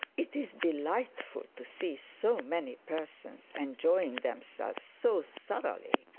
it is delightful to see so many persons enjoying themselves so thoroughly